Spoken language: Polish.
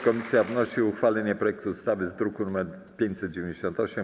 Komisja wnosi o uchwalenie projektu ustawy z druku nr 598.